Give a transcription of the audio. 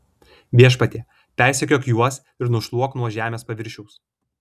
viešpatie persekiok juos ir nušluok nuo žemės paviršiaus